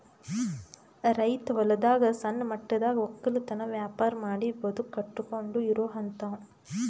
ರೈತ್ ಹೊಲದಾಗ್ ಸಣ್ಣ ಮಟ್ಟದಾಗ್ ವಕ್ಕಲತನ್ ವ್ಯಾಪಾರ್ ಮಾಡಿ ಬದುಕ್ ಕಟ್ಟಕೊಂಡು ಇರೋಹಂತಾವ